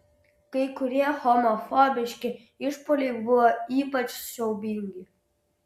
kai kurie homofobiški išpuoliai buvo ypač siaubingi